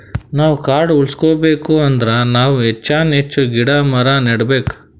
ನಾವ್ ಕಾಡ್ ಉಳ್ಸ್ಕೊಬೇಕ್ ಅಂದ್ರ ನಾವ್ ಹೆಚ್ಚಾನ್ ಹೆಚ್ಚ್ ಗಿಡ ಮರ ನೆಡಬೇಕ್